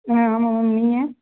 ஆ ஆமாம் மேம் நீங்கள்